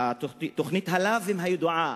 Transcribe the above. תוכנית הלאווים הידועה.